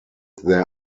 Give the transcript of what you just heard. their